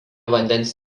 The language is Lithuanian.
vandens